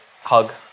hug